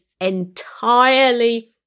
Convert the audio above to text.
entirely